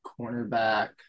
cornerback